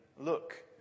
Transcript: look